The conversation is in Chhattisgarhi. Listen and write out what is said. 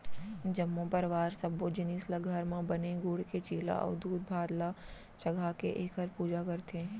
जम्मो परवार सब्बो जिनिस ल घर म बने गूड़ के चीला अउ दूधभात ल चघाके एखर पूजा करथे